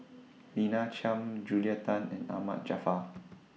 Lina Chiam Julia Tan and Ahmad Jaafar